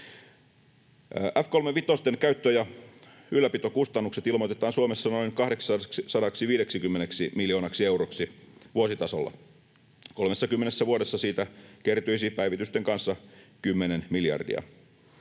F-35-hävittäjien käyttö‑ ja ylläpitokustannukset ilmoitetaan Suomessa noin 250 miljoonaksi euroksi vuositasolla. 30 vuodessa siitä kertyisi päivitysten kanssa 10 miljardia.